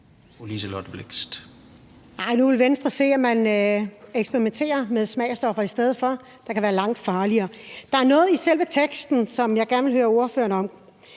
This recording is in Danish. Nu vil Venstre se, at man i stedet for eksperimenterer med smagsstoffer, der kan være langt farligere. Der er noget i selve teksten, som jeg gerne vil høre ordføreren om.